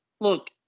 look